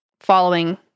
following